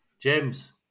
James